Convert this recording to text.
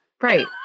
Right